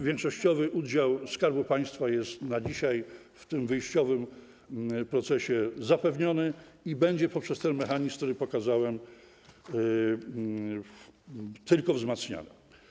Większościowy udział Skarbu Państwa jest na dzisiaj w tym wyjściowym procesie zapewniony i będzie poprzez ten mechanizm, który pokazałem, tylko wzmacniany.